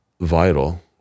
vital